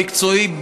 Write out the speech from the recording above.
המקצועי,